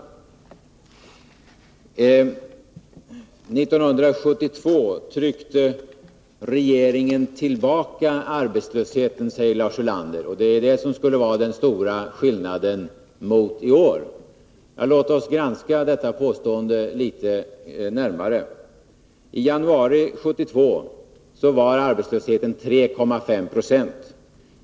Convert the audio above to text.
År 1972 tryckte regeringen tillbaka arbetslösheten, säger Lars Ulander. Det skulle vara den stora skillnaden jämfört med i år. Låt oss granska detta påstående litet närmare. I januari 1972 var arbetslösheten 3,5 96.